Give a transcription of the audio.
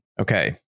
okay